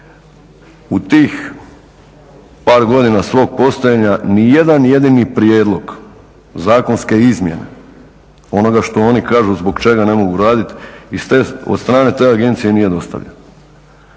U tih par godina svog postojanja ni jedan jedini prijedlog zakonske izmjene onoga što oni kažu zbog čega ne mogu raditi od strane te agencije nije dostavljen.